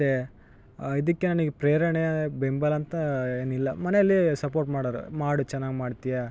ಮತ್ತು ಇದಕ್ಕೆ ನನಗ್ ಪ್ರೇರಣೇ ಬೆಂಬಲಂತ ಏನಿಲ್ಲ ಮನೆಯಲ್ಲಿ ಸಪೋರ್ಟ್ ಮಾಡೋರ್ ಮಾಡು ಚೆನ್ನಾಗ್ ಮಾಡ್ತಿಯ